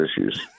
issues